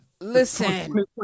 Listen